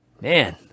Man